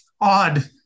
odd